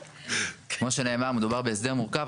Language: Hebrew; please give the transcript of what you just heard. כמו שנאמר מדובר בהסדר מורכב,